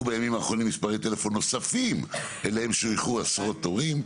בימים האחרונים מספרי טלפון נוספים אליהם שויכו עשרות תורים.